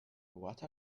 what